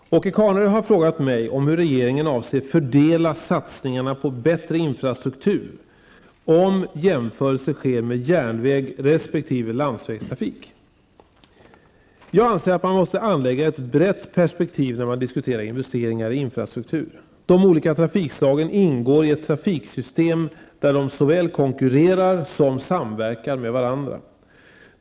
Herr talman! Åke Carnerö har frågat mig hur regeringen avser fördela satsningarna på bättre infrastruktur om jämförelse sker med järnvägsresp. landsvägstrafik. Jag anser att man måste anlägga ett brett perspektiv när man diskuterar investeringar i infrastruktur. De olika trafikslagen ingår i ett trafiksystem där de såväl konkurrerar som samverkar med varandra.